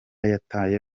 yataye